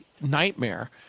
nightmare